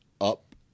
up